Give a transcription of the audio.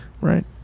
right